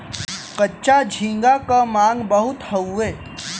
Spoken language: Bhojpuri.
कच्चा झींगा क मांग बहुत हउवे